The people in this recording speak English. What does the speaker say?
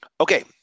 Okay